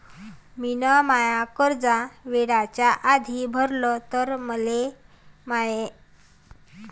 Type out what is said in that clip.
मिन माय कर्ज वेळेच्या आधी भरल तर मले काही फायदा भेटन का?